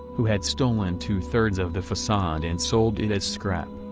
who had stolen two three of the facade and sold it as scrap.